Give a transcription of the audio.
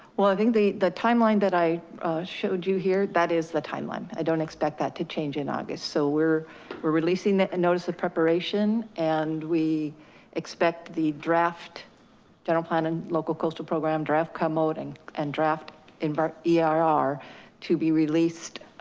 well, i think the the timeline that i showed you here, that is the timeline. i don't expect that to change in august. so we're we're releasing the and notice of preparation and we expect the draft general plan and local coastal program draft come molding and draft in but yeah eir, to be released